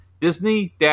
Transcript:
Disney